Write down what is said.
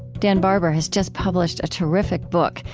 dan barber has just published a terrific book,